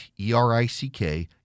E-R-I-C-K